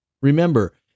Remember